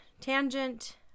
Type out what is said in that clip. Tangent